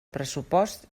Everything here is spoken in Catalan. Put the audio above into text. pressupost